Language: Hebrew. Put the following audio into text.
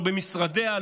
לא במשרדיה,